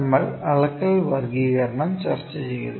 നമ്മൾ അളക്കൽ വർഗ്ഗീകരണം ചർച്ചചെയ്തു